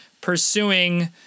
pursuing